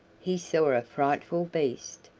he saw a frightful beast,